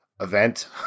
event